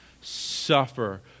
suffer